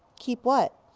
keep what?